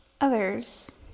Others